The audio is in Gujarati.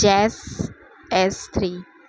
જેસ એસ થ્રી